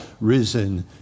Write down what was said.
risen